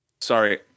Sorry